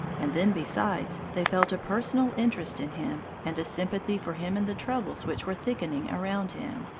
and then, besides, they felt a personal interest in him, and a sympathy for him in the troubles which were thickening around him.